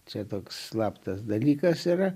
čia toks slaptas dalykas yra